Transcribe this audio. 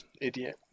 Idiot